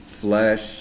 flesh